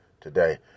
today